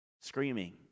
screaming